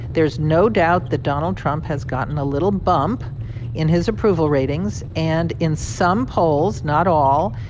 there's no doubt that donald trump has gotten a little bump in his approval ratings. and in some polls, not all,